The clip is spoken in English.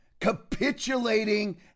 capitulating